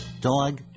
dog